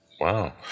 Wow